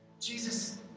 Jesus